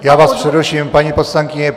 Já vás přeruším, paní poslankyně.